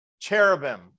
cherubim